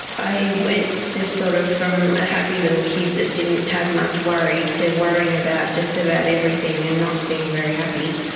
i went sort of from a happy little kid that didn't have much worry to worrying about just about everything and not being very happy.